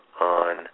on